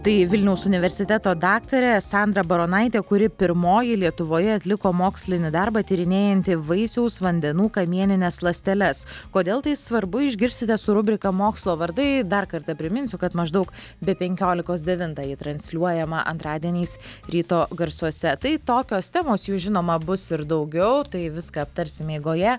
tai vilniaus universiteto daktarė sandra baronaitė kuri pirmoji lietuvoje atliko mokslinį darbą tyrinėjantį vaisiaus vandenų kamienines ląsteles kodėl tai svarbu išgirsite su rubrika mokslo vardai dar kartą priminsiu kad maždaug be penkiolikos devintą ji transliuojama antradieniais ryto garsuose tai tokios temos jų žinoma bus ir daugiau tai viską aptarsime eigoje